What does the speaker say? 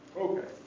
Okay